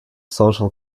social